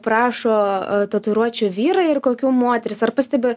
prašo tatuiruočių vyrai ir kokių moterys ar pastebi